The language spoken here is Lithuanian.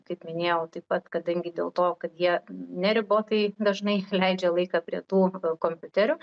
kaip minėjau taip pat kadangi dėl to kad jie neribotai dažnai leidžia laiką prie tų kompiuterių